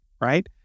right